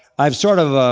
i've sort of